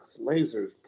lasers